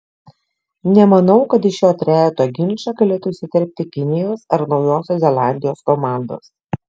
nemanau kad į šio trejeto ginčą galėtų įsiterpti kinijos ar naujosios zelandijos komandos